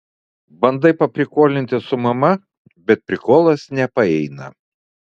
bandai paprikolinti su mama bet prikolas nepaeina